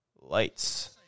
Lights